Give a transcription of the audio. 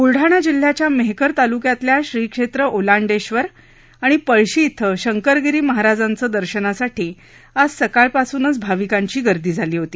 ब्लडाणा जिल्हयाच्या मेहकर तालुक्यातल्या श्री श्रेत्र ओलांडेश्वर आणि पळशी येथे शंकरगिरी महाराजांचे दर्शनासाठी आज सकाळपासूनच भाविकांची गर्दि झाली होती